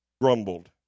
grumbled